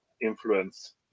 influence